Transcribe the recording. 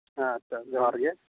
ᱟᱪᱪᱷᱟ ᱡᱚᱦᱟᱨᱜᱮ